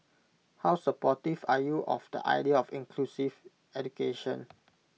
how supportive are you of the idea of inclusive education